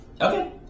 Okay